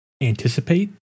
anticipate